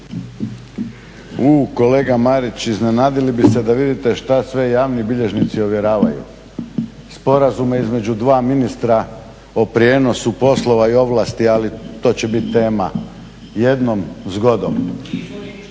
Kolega Marić iznenadili biste se da vidite šta sve javni bilježnici ovjeravaju. Sporazume između dva ministra o prijenosu poslova i ovlasti ali to će biti tema jednom zgodom.